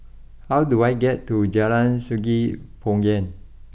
how do I get to Jalan Sungei Poyan